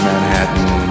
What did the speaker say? Manhattan